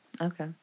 Okay